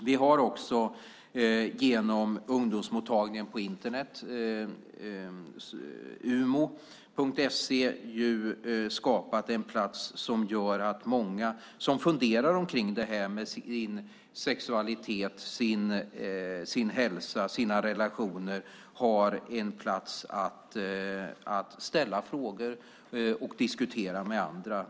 Vi har också genom ungdomsmottagningen på Internet, umo.se, skapat en plats som gör att många som funderar kring sin sexualitet, sin hälsa och sina relationer har en plats att ställa frågor och diskutera med andra.